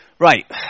Right